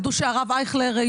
תדעו שהרב אייכלר,